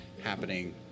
happening